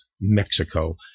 Mexico